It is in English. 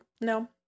No